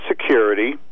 security